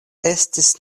estis